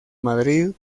madrid